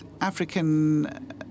African